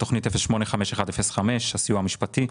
תוכנית 0851/05 הסיוע המשפטי.